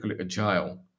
agile